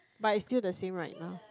but it's still the same right now